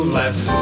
left